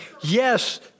yes